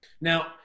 Now